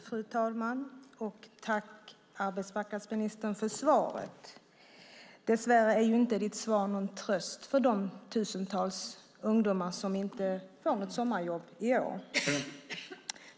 Fru talman! Jag tackar arbetsmarknadsministern för svaret. Dess värre är hennes svar inte någon tröst för de tusentals ungdomar som inte får något sommarjobb i år.